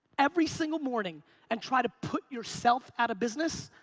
every single morning and try to put yourself out of business,